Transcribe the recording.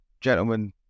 gentlemen